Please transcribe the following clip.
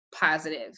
positive